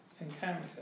encounter